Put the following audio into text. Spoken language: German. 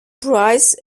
price